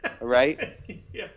right